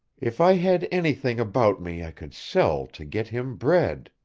if i had anything about me i could sell to get him bread!